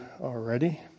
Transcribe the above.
already